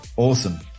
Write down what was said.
Awesome